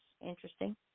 interesting